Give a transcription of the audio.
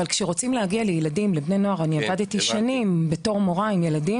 אבל אני עבדתי שנים בתור מורה עם ילדים